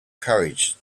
courage